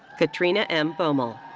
katrina m. boemmel.